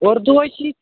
اُردو ہَے چھُ